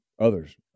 others